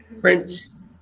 Prince